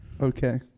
Okay